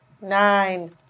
Nine